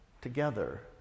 Together